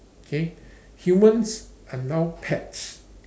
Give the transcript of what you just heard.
okay humans are now pets